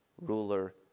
ruler